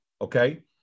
okay